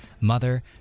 mother